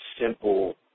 simple